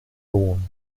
lohn